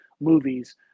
movies